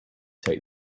take